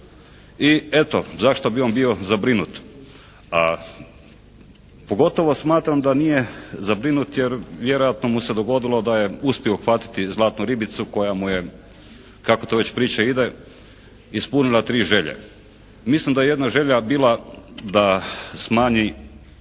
i eto zašto bi on bio zabrinut. A pogotovo smatram da nije zabrinut jer vjerojatno mu se dogodilo da je uspio uhvatiti zlatnu ribicu koja mu je kako to već priča ide ispunila tri želje. Mislim da je jedna želja bila da smanji